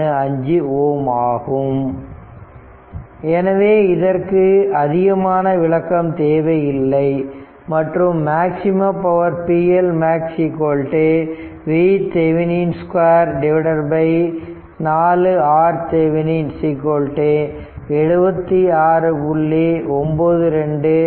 615 Ω ஆகும் எனவே இதற்கு அதிகமான விளக்கம் தேவை இல்லை மற்றும் maximum power pLmax VThevenin 2 4 RThevenin 76